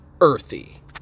Earthy